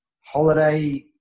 holiday